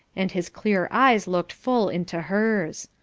and his clear eyes looked full into hers,